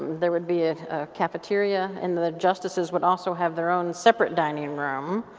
there would be a cafeteria and the justices would also have their own separate dining and room,